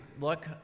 look